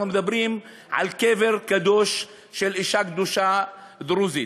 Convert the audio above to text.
אנחנו מדברים על קבר קדוש של אישה קדושה דרוזית.